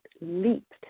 leaped